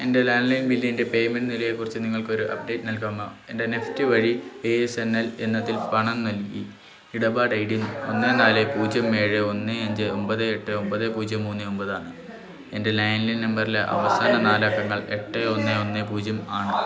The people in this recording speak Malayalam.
എൻ്റെ ലാൻഡ്ലൈൻ ബില്ലിൻ്റെ പേയ്മെൻ്റ് നിലയെക്കുറിച്ച് നിങ്ങൾക്ക് ഒരു അപ്ഡേറ്റ് നൽകാമോ ഞാൻ നെഫ്റ്റ് വഴി എ എസ് എൻ എൽ എന്നതിൽ പണം നൽകി ഇടപാട് ഐ ഡി ഒന്ന് നാല് പൂജ്യം ഏഴ് ഒന്ന് അഞ്ച് ഒമ്പത് എട്ട് ഒമ്പത് പൂജ്യം മൂന്ന് ഒമ്പതാണ് എൻ്റെ ലാൻഡ്ലൈൻ നമ്പറിൻ്റെ അവസാന നാലക്കങ്ങൾ എട്ട് ഒന്ന് ഒന്ന് പൂജ്യം ആണ്